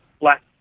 Black